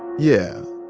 yeah,